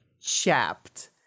chapped